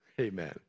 Amen